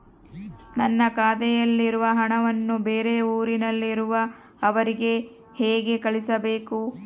ನನ್ನ ಖಾತೆಯಲ್ಲಿರುವ ಹಣವನ್ನು ಬೇರೆ ಊರಿನಲ್ಲಿರುವ ಅವರಿಗೆ ಹೇಗೆ ಕಳಿಸಬೇಕು?